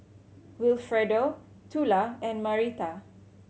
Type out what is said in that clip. Wilfredo Tula and Marietta